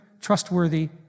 trustworthy